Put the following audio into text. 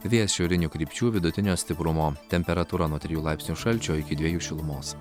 vėjas šiaurinių krypčių vidutinio stiprumo temperatūra nuo trijų laipsnio šalčio iki dviejų šilumos